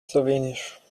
slowenisch